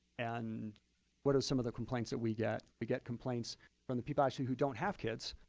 and what are some of the complaints that we get? we get complaints from the people actually who don't have kids.